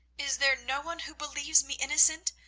is there no one who believes me innocent,